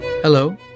Hello